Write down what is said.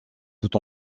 tout